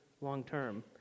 long-term